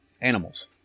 animals